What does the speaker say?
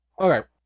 Okay